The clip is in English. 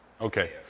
Okay